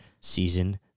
season